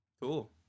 Cool